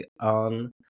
on